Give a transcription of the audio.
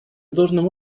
должным